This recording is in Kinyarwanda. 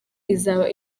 izaba